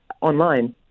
online